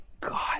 god